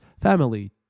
family